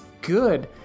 good